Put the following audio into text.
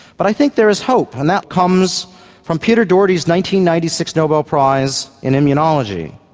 but i think there is hope, and that comes from peter doherty's ninety ninety six nobel prize in immunology.